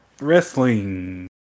wrestling